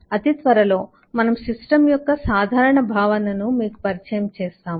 అతి త్వరలో మనము సిస్టమ్ యొక్క సాధారణ భావనను మీకు పరిచయం చేస్తాము